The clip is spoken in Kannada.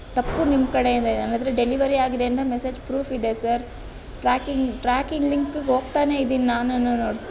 ತಪ್ಪು ನಿಮ್ಮ ಕಡೆಯಿಂದ ಇದೆ ನನ್ನ ಹತ್ರ ಡೆಲಿವರಿ ಆಗಿದೆ ಅಂತ ಮೆಸೇಜ್ ಪ್ರೂಫ್ ಇದೆ ಸರ್ ಟ್ರ್ಯಾಕಿಂಗ್ ಟ್ರ್ಯಾಕಿಂಗ್ ಲಿಂಕ್ಗೆ ಹೋಗ್ತಾನೇ ಇದ್ದೀನಿ ನಾನೂನು